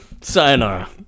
Sayonara